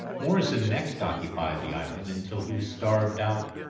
morrison next occupied the island until he was starved out.